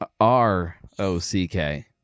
R-O-C-K